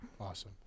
Awesome